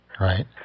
Right